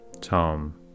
Tom